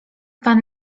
pan